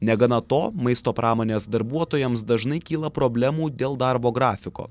negana to maisto pramonės darbuotojams dažnai kyla problemų dėl darbo grafiko